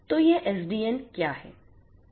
तो यह एसडीएन क्या है